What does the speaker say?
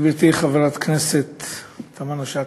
גברתי חברת הכנסת תמנו-שטה,